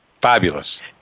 Fabulous